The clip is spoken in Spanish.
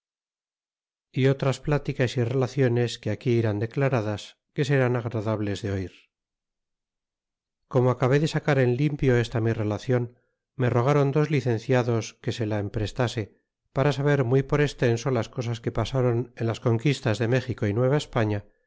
e otras platicas y relaciones que aqui irán declaradas que serán agradables de oir como acabó de sacar en limpio esta mi reaclon me rogron dos licenciados que se la emprestase para saber muy por estenso las cosas que pasron en las conquistas de méxico y